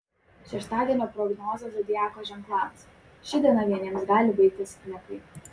šeštadienio prognozė zodiako ženklams ši diena vieniems gali baigtis nekaip